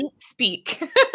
speak